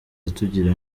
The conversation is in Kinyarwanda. tugira